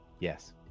Yes